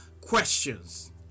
questions